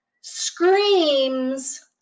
screams